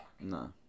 No